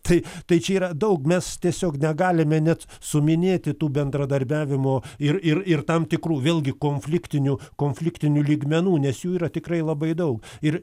tai tai čia yra daug mes tiesiog negalime net suminėti tų bendradarbiavimo ir ir ir tam tikrų vėlgi konfliktinių konfliktinių lygmenų nes jų yra tikrai labai daug ir